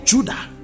Judah